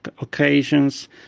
occasions